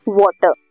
water